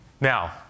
Now